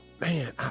Man